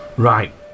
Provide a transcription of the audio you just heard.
Right